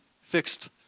fixed